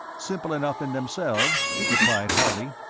simple enough in themselves, replied harley.